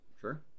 Sure